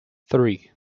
three